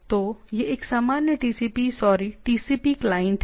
तो यह एक सामान्य टीसीपी सॉरी टीसीपी क्लाइंट है